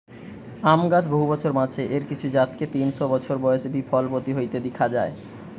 আম গাছ বহু বছর বাঁচে, এর কিছু জাতকে তিনশ বছর বয়সে বি ফলবতী হইতে দিখা যায়